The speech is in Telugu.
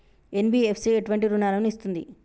ఎన్.బి.ఎఫ్.సి ఎటువంటి రుణాలను ఇస్తుంది?